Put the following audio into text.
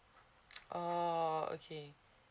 orh okay